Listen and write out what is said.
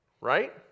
right